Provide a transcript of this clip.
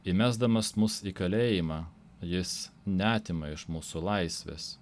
įmesdamas mus į kalėjimą jis neatima iš mūsų laisvės